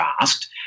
asked